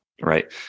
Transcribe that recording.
Right